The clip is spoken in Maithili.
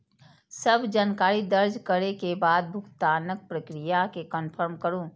सब जानकारी दर्ज करै के बाद भुगतानक प्रक्रिया कें कंफर्म करू